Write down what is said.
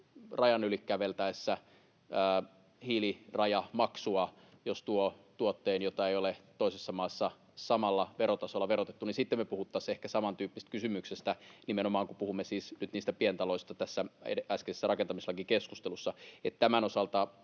rajan yli käveltäessä hiilirajamaksua, jos tuo tuotteen, jota ei ole toisessa maassa samalla verotasolla verotettu, niin sitten me puhuttaisiin ehkä samantyyppisestä kysymyksestä, kun nimenomaan puhuimme siis niistä pientaloista tässä äskeisessä rakentamislakikeskustelussa. Tämän osalta